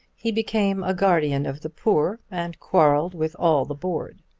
he became a guardian of the poor and quarrelled with all the board.